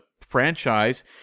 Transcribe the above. franchise